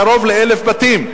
קרוב ל-1,000 בתים,